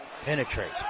Penetrates